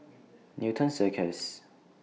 Newton Circus